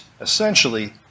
essentially